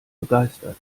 begeistert